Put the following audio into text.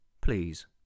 Please